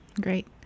Great